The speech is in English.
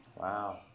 Wow